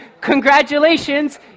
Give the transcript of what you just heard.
congratulations